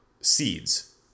seeds